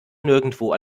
nirgendwo